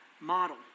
model